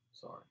Sorry